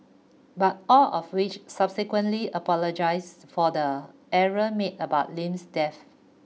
but all of which subsequently apologised for the error made about Lim's death